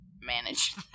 manage